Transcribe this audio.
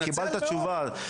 קיבלת תשובה.